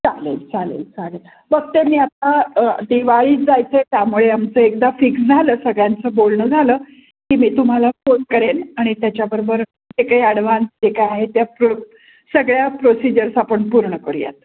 चालेल चालेल चालेल बघते मी आता दिवाळीत जायचं आहे त्यामुळे आमचं एकदा फिक्स झालं सगळ्यांचं बोलणं झालं की मी तुम्हाला फोन करेन आणि त्याच्याबरोबर जे काही ॲडव्हान्स जे काय आहे त्या प्रो सगळ्या प्रोसिजर्स आपण पूर्ण करूयात